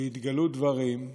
ונתגלו דברים,